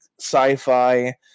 sci-fi